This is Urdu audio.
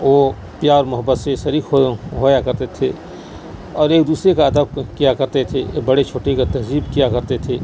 وہ پیار محبت سے شریک ہوا کرتے تھے اور ایک دوسرے کا ادب کیا کرتے تھے بڑے چھوٹے کا تہذیب کیا کرتے تھے